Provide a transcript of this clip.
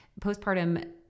postpartum